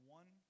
one